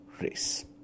race